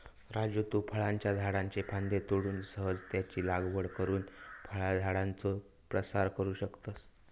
राजू तु फळांच्या झाडाच्ये फांद्ये तोडून सहजच त्यांची लागवड करुन फळझाडांचो प्रसार करू शकतस